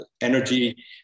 energy